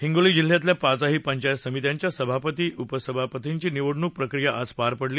हिंगोली जिल्ह्यातल्या पाचही पंचायत समित्यांच्या सभापती उपसभापतींची निवडणूक प्रक्रिया आज पार पडली